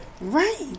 Right